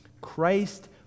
Christ